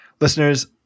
Listeners